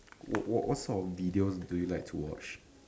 what what sort of videos do you like to watch